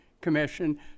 Commission